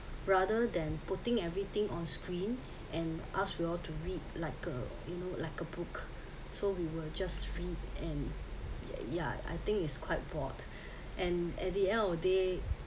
rather than putting everything on screen and ask you all to read like a you know like a book so we were just read and yeah I think it's quite bored and at the end of the day